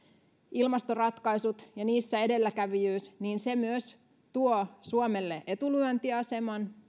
ilmastoratkaisut ja niissä edelläkävijyys myös tuovat suomelle etulyöntiaseman